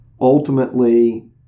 Ultimately